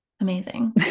Amazing